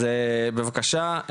אז בבקשה,